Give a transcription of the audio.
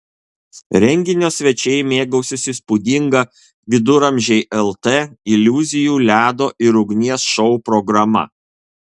renginio svečiai mėgausis įspūdinga viduramžiai lt iliuzijų ledo ir ugnies šou programa